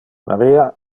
maria